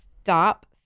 stop